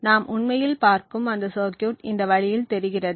நாம் உண்மையில் பார்க்கும் அந்த சர்க்யூட் இந்த வழியில் தெரிகிறது